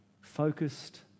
Focused